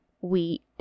wheat